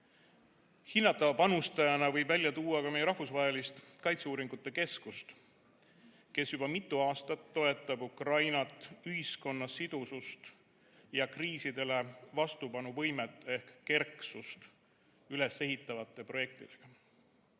Hinnatava panustajana võib esile tuua ka meie Rahvusvahelise Kaitseuuringute Keskuse, kes juba mitu aastat toetab Ukraina ühiskonna sidusust ja kriisidele vastupanuvõimet ehk kerksust ülesehitavate projektidega.